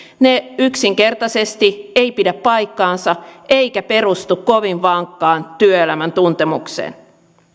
eivät yksinkertaisesti pidä paikkaansa eivätkä perustu kovin vankkaan työelämän tuntemukseen